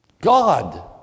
God